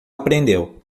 aprendeu